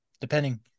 depending